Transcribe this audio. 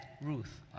Ruth